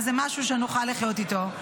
אז זה משהו שנוכל לחיות איתו.